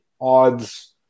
Odds